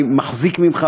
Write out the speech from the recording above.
אני מחזיק ממך,